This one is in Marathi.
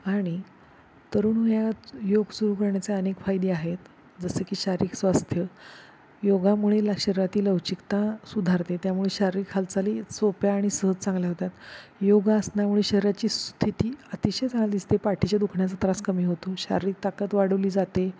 आणि तरुण वयात योग सुरू करण्याचे अनेक फायदे आहेत जसे की शारीरिक स्वास्थ योगामुळे शरीरातील लवचिकता सुधारते त्यामुळे शारीरिक हालचाली सोप्या आणि सहज चांगल्या होतात योग आसनामुळे शरीराची सु स्थिती अतिशय चांगली दिसते पाठीच्या दुखण्याचा त्रास कमी होतो शारीरिक ताकत वाढवली जाते